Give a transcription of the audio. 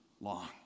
long